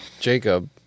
Jacob